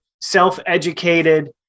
self-educated